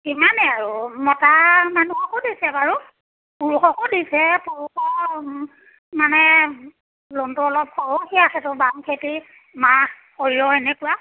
ইমানে আৰু মতা মানুহকো দিছে বাৰু পুৰুষকো দিছে পুৰুষৰ মানে লোনটো অলপ সৰহীয়া সেইটো বাম খেতি মাহ সৰিয়হ এনেকুৱা